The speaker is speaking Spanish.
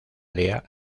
área